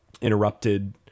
interrupted